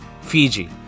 Fiji